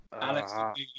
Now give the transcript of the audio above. Alex